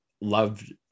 loved